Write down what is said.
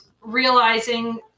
realizing